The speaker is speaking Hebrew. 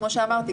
כמו שאמרתי,